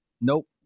Nope